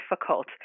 difficult